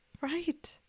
Right